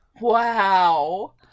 wow